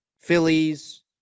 Phillies